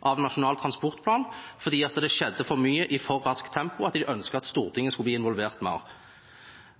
av Nasjonal transportplan fordi det skjedde for mye i et for raskt tempo, og de ønsket at Stortinget skulle bli involvert mer.